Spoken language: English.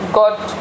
got